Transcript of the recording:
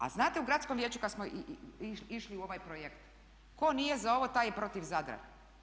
A znate u Gradskom vijeću kad smo išli u ovaj projekt tko nije za ovo taj je protiv Zadra.